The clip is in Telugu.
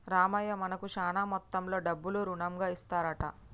రామయ్య మనకు శాన మొత్తంలో డబ్బులు రుణంగా ఇస్తారంట